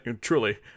truly